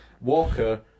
Walker